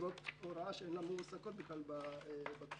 בוגרות הוראה, שאינן מועסקות בכלל בתחום,